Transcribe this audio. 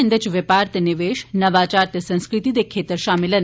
इन्दे इच व्यापार ते निवेश नवाचार ते संस्कृति दे क्षेत्र शामिल न